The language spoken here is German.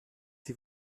die